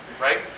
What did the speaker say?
right